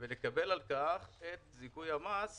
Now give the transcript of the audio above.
ולקבל על כך את זיכוי המס